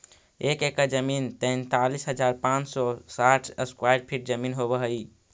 एक एकड़ जमीन तैंतालीस हजार पांच सौ साठ स्क्वायर फीट जमीन होव हई